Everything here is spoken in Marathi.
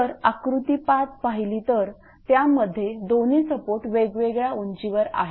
जर आकृती 5 पाहिली तर त्यामध्ये दोन्ही सपोर्ट वेगवेगळ्या उंचीवर आहेत